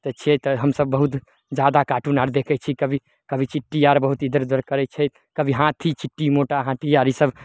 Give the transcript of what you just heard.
तऽ छियै तऽ हमसब बहुत जादा काटुन आर देखै छी कभी कभी चिट्टी आर बहुत इधर उधर करै छै कभी हाथी चिट्टी मोटा हाथी आर इसब